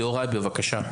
חבר הכנסת יוראי, בבקשה.